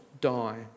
die